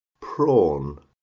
Prawn